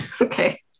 Okay